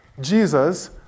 Jesus